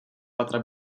patra